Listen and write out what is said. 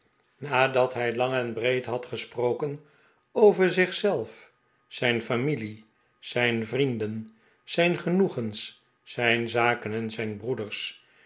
nadat hij iang en breed had gesproken over zich zelf zijn familie zijn vrienden zijn genoegens zijn zaken en zijn broeders